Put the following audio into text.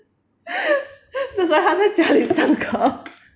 that's why 他在家里唱歌